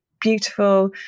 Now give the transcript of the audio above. beautiful